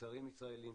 מוצרים ישראליים,